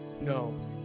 No